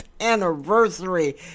anniversary